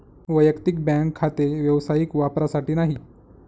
वैयक्तिक बँक खाते व्यावसायिक वापरासाठी नाही